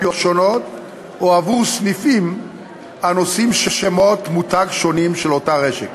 שונות או עבור סניפים הנושאים שמות מותג שונים של אותה רשת.